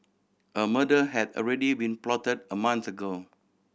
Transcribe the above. a murder had already been plotted a month ago